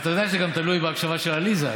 אתה יודע שזה גם תלוי בהקשבה של עליזה,